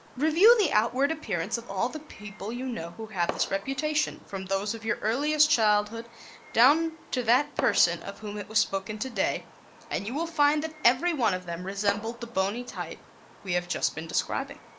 review the outward appearance of all the people you know who have this reputation, from those of your earliest childhood down to that person of whom it was spoken today and you will find that every one of them resembled the bony type we have just been describing.